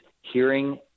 hearing